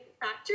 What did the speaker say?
factor